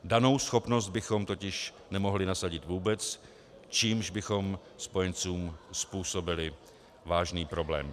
Danou schopnost bychom totiž nemohli nasadit vůbec, čímž bychom spojencům způsobili vážný problém.